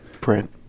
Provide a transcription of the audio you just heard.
print